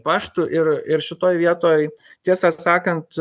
paštu ir ir šitoj vietoj tiesą sakant